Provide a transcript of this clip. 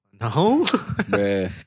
No